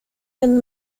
and